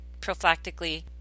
prophylactically